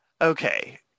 Okay